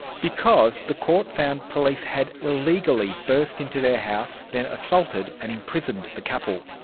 because the court found police had illegally burst into their house, then assaulted and imprisoned the couple.